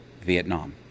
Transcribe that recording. Vietnam